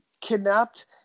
kidnapped